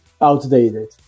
outdated